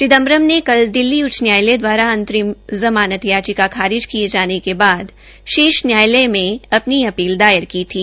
चिदम्बरम ने कल दिल्ली उच्च न्यायालय दवारा आंतरिम ज़मानत याचिका खारिज किये जाने के बाद शीर्ष न्यायालय में अपनी अपील दायर की थी